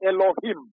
Elohim